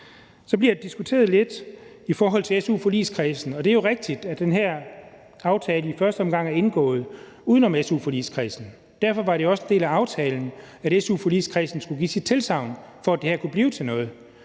Så bliver der diskuteret lidt i forhold til su-forligskredsen. Og det er jo rigtigt, at den her aftale i første omgang er indgået uden om su-forligskredsen. Derfor var det også en del af aftalen, at su-forligskredsen skulle give sit tilsagn, for at det her kunne blive til noget.